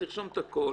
אז תרשום את הכול.